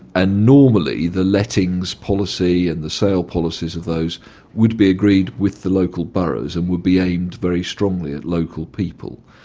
and normally the lettings policy and the sale policies of those would be agreed with the local boroughs and would be aimed very strongly at local people.